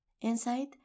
Inside